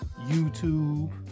YouTube